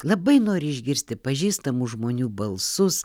labai nori išgirsti pažįstamų žmonių balsus